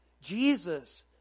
Jesus